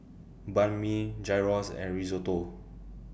Banh MI Gyros and Risotto